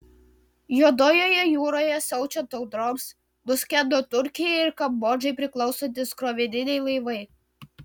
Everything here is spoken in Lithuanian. juodojoje jūroje siaučiant audroms nuskendo turkijai ir kambodžai priklausantys krovininiai laivai